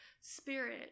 spirit